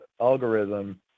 algorithm